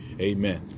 Amen